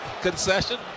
concession